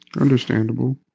Understandable